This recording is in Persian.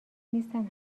نیستم